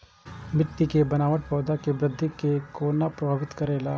मिट्टी के बनावट पौधा के वृद्धि के कोना प्रभावित करेला?